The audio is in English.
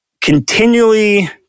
continually